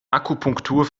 akupunktur